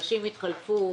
אנשים התחלפו.